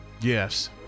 Yes